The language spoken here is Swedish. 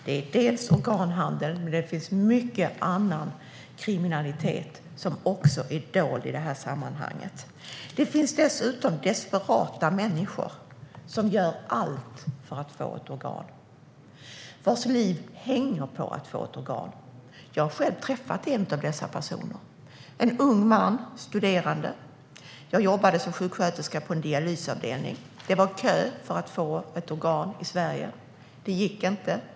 Det är inte bara organhandeln, utan det finns mycket annan kriminalitet som är dold i sammanhanget. Det finns dessutom desperata människor som gör allt för att få ett organ - vars liv hänger på att de får ett organ. Jag har själv träffat en av dessa personer. Det var en ung man som studerade. Jag jobbade som sjuksköterska på en dialysavdelning. Det var kö för att få ett organ i Sverige, och det gick inte.